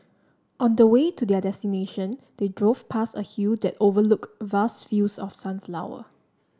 on the way to their destination they drove past a hill that overlooked vast fields of sunflower